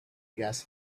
gas